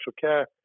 care